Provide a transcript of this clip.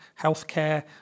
healthcare